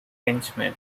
henchmen